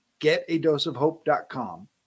getadoseofhope.com